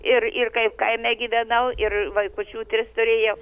ir ir kaip kaime gyvenau ir vaikučių tris turėjau